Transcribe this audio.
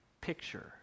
picture